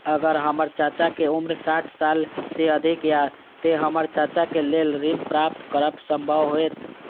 अगर हमर चाचा के उम्र साठ साल से अधिक या ते हमर चाचा के लेल ऋण प्राप्त करब संभव होएत?